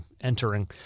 entering